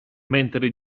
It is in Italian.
mentre